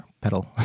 pedal